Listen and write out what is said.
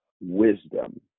wisdom